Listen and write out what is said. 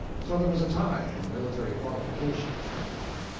so there was a tie in military qualifications that far.